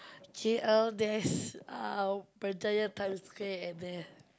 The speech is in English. K_L there's uh Berjaya-Times-Square at there